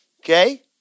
Okay